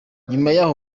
yaho